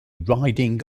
riding